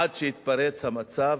עד שהתפרץ המצב,